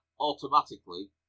automatically